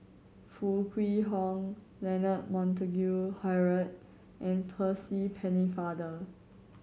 Foo Kwee Horng Leonard Montague Harrod and Percy Pennefather